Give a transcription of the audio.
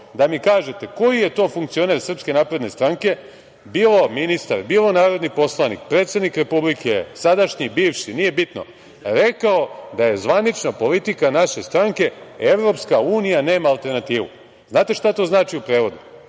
da mi kažete koji je to funkcioner SNS, bilo ministar, bilo narodni poslanik, predsednik Republike, sadašnji, bivši, nije bitno, rekao da je zvanična politika naše stranke – EU nema alternativu. Da li znate šta to znači u prevodu?